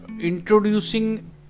introducing